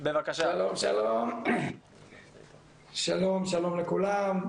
שלום, שלום לכולם.